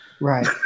Right